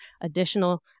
additional